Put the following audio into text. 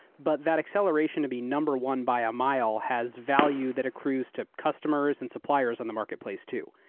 but that acceleration to be number one by a mile has value that accrues to customers and suppliers on the marketplace too.